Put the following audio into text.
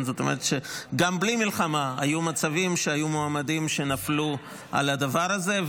זאת אומרת שגם בלי מלחמה היו מצבים שהיו מועמדים שנפלו על הדבר הזה.